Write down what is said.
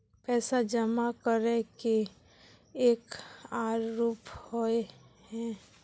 पैसा जमा करे के एक आर रूप होय है?